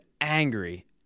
angry